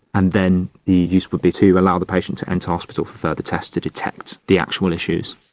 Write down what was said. and then the use would be to allow the patient to enter hospital for further tests to detect the actual issues.